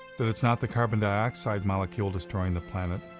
that it's not the carbon dioxide molecule destroying the planet,